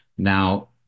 now